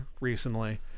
recently